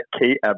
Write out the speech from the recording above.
Kate